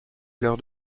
l’heure